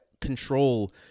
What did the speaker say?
control